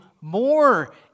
more